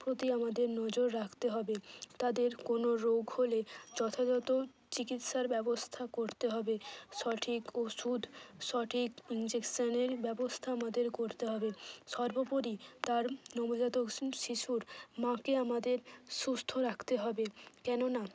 প্রতি আমাদের নজর রাখতে হবে তাদের কোনো রোগ হলে যথাযথ চিকিৎসার ব্যবস্থা করতে হবে সঠিক ওষুধ সঠিক ইঞ্জেকশনের ব্যবস্থা আমাদের করতে হবে সর্বোপরি তার নবজাতক শিশুর মাকে আমাদের সুস্থ রাখতে হবে কেননা